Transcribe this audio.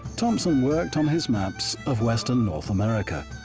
thompson worked on his maps of western north america.